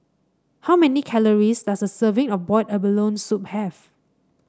how many calories does a serving of Boiled Abalone Soup have